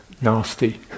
nasty